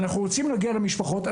אנחנו רוצים להגיע למשפחות.